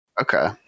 okay